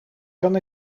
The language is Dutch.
kan